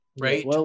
right